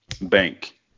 bank